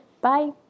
Bye